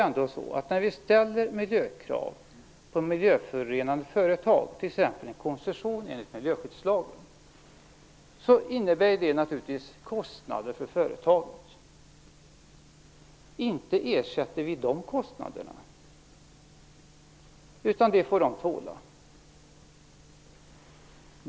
När man ställer krav på miljöförorenande företag, t.ex. en koncession enligt miljöskyddslagen, innebär det naturligtvis kostnader för företagen. Inte ersätter staten dessa kostnader, utan dem får företaget tåla!